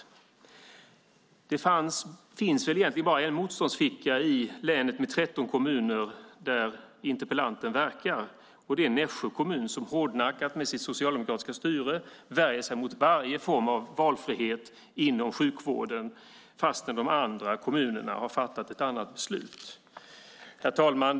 Det finns egentligen bara en motståndsficka i länet med 13 kommuner där interpellanten verkar, och det är Nässjö kommun som hårdnackat med sitt socialdemokratiska styre värjer sig mot varje form av valfrihet inom sjukvården, fastän de andra kommunerna har fattat ett annat beslut. Herr talman!